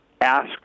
ask